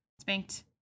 spanked